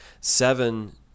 Seven